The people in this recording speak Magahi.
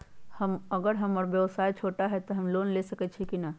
अगर हमर व्यवसाय छोटा है त हम लोन ले सकईछी की न?